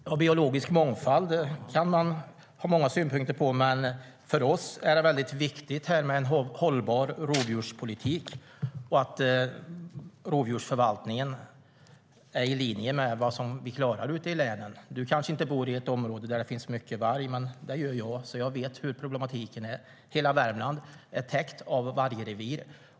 Herr talman! Biologisk mångfald kan man ha många synpunkter på, men för oss är det väldigt viktigt med en hållbar rovdjurspolitik och att rovdjursförvaltningen är i linje med vad vi klarar ute i länen. Du kanske inte bor i ett område där det finns mycket varg, men det gör jag, så jag vet hur problematiken är. Hela Värmland är täckt av vargrevir.